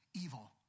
Evil